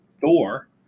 Thor